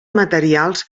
materials